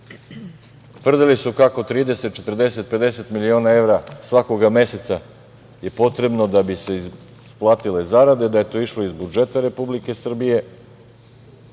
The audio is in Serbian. Tvrdili su kako 30, 40, 50 miliona evra svakog meseca je potrebno da bi se isplatite zarade, da je to išlo iz budžeta Republike Srbije